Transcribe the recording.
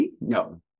No